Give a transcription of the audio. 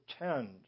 pretend